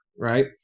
Right